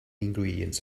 ingredients